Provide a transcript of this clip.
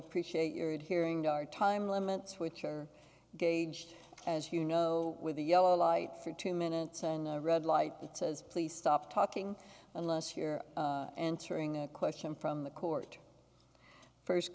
appreciate your adhering to our time limits which are gauged as you know with the yellow light for two minutes and a red light that says please stop talking unless you're answering a question from the court first